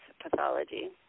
pathology